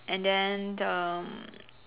and then the um